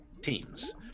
teams